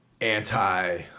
anti